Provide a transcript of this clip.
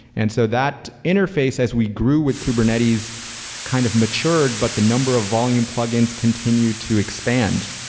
and so that interface as we grew with kubernetes kind of matured, but the number of volume plug ins continue to expand,